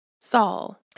Saul